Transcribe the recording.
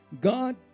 God